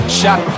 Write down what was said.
shot